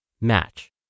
match